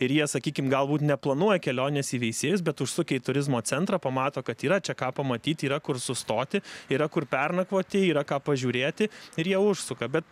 ir jie sakykim galbūt neplanuoja kelionės į veisiejus bet užsukę į turizmo centrą pamato kad yra čia ką pamatyt yra kur sustoti yra kur pernakvoti yra ką pažiūrėti ir jie užsuka bet